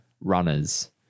runners